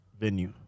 venue